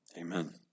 Amen